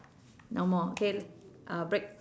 no more okay uh break